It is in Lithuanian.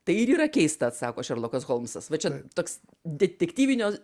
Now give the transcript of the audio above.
tai ir yra keista atsako šerlokas holmsas va čia toks detektyvinio